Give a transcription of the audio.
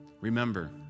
Remember